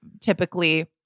typically